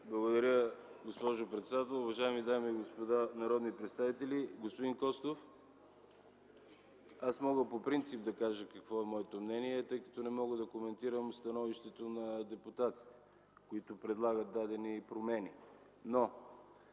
Благодаря, госпожо председател. Уважаеми дами и господа народни представители! Господин Костов, аз мога по принцип да кажа какво е моето мнение, тъй като не мога да коментирам становището на депутатите, които предлагат дадени промени.